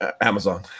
Amazon